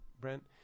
Brent